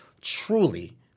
truly